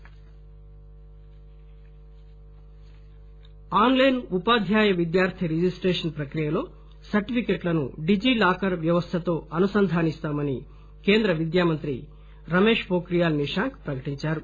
ఎన్ ఎస్ డి పో ఖ్రియాల్ ఆస్ లైస్ ఉపాధ్యాయ విద్యార్ది రిజిస్టేషస్ ప్రక్రియలో సర్టిఫికెట్లను డిజి లాకర్ వ్యవస్థతో అనుసంధానిస్తామని కేంద్ర విద్యామంత్రి రమేష్ పోఖ్రియాల్ నిశాంక్ ప్రకటించారు